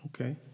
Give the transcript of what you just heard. Okay